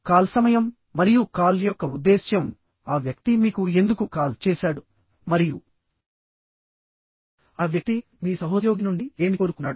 call సమయం మరియు call యొక్క ఉద్దేశ్యంఆ వ్యక్తి మీకు ఎందుకు కాల్ చేశాడు మరియు ఆ వ్యక్తి మీ సహోద్యోగి నుండి ఏమి కోరుకున్నాడు